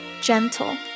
gentle